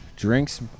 Drinks